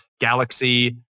Galaxy